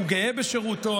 הוא גאה בשירותו.